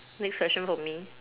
next question from me